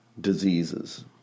diseases